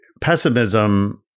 pessimism